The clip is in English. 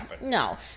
no